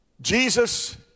Jesus